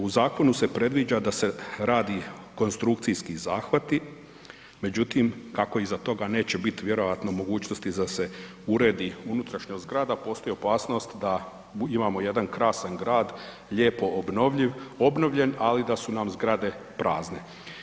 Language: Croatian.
U zakonu se predviđa da se radi konstrukcijski zahvati, međutim kako iza toga neće biti vjerojatno mogućnosti da se uredi unutrašnjost zgrada postoji opasnost da imamo jedan krasan grad lijepo obnovljiv, obnovljen ali da su nam zgrade prazne.